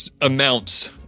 amounts